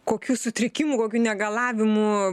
kokių sutrikimų kokių negalavimų